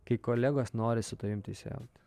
kai kolegos nori su tavim teisėjauti